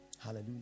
Hallelujah